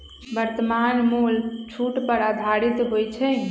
वर्तमान मोल छूट पर आधारित होइ छइ